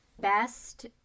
Best